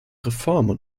reformen